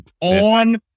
on